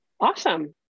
awesome